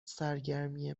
سرگرمی